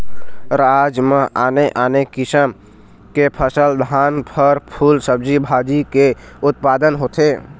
राज म आने आने किसम की फसल, धान, फर, फूल, सब्जी भाजी के उत्पादन होथे